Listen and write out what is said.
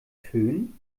fön